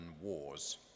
wars